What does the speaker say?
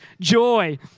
joy